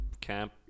camp